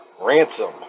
ransom